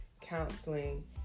counseling